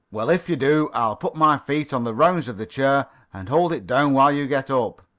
well, if you do i'll put my feet on the rounds of the chair and hold it down while you get up.